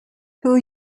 who